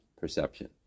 perception